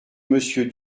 monsieur